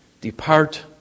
Depart